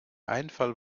einfall